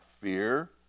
fear